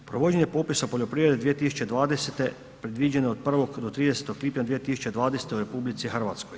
Provođenje popisa poljoprivrede 2020. predviđeno je od 1. do 30. lipnja 2020. u RH.